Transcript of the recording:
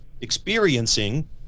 experiencing